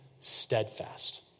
steadfast